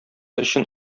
өчен